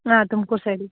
ಹಾಂ ತುಮಕೂರು ಸೈಡ್